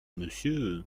monsieur